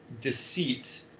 deceit